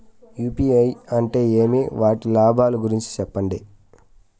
UPI అంటే ఏమి? వాటి లాభాల గురించి సెప్పండి?